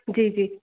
जी जी